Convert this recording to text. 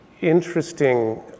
interesting